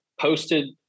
posted